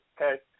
Okay